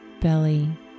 belly